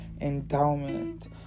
endowment